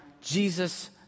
Jesus